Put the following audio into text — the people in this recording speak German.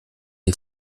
die